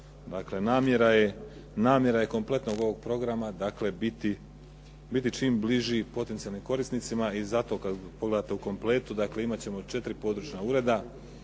Dakle, namjera je kompletnog ovog programa biti čim bliži potencijalnim korisnicima. I zato, kad pogledate u kompletu imat ćemo četiri područna ureda.